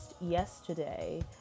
yesterday